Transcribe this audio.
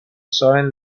sign